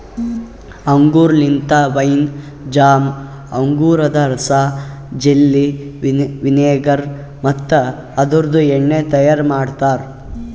ಅಂಗೂರ್ ಲಿಂತ wine, jam, ಅಂಗೂರದ ರಸ, ಜೆಲ್ಲಿ, ವಿನೆಗರ್ ಮತ್ತ ಅದುರ್ದು ಎಣ್ಣಿ ತೈಯಾರ್ ಮಾಡ್ತಾರ